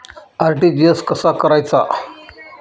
RTGS कसा करायचा?